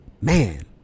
man